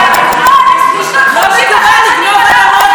לא מקובל בעולם.